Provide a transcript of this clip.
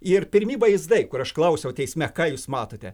ir pirmi vaizdai kur aš klausiau teisme ką jūs matote